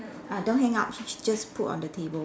ah don't hang up j~ just put on the table